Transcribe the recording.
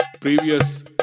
Previous